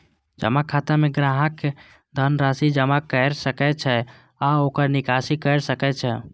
जमा खाता मे ग्राहक धन राशि जमा कैर सकै छै आ ओकर निकासी कैर सकै छै